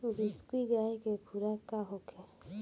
बिसुखी गाय के खुराक का होखे?